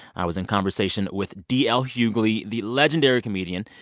i was in conversation with d l. hughley, the legendary comedian.